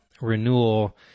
renewal